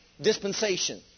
dispensation